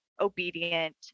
obedient